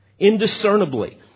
Indiscernibly